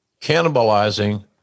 cannibalizing